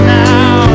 now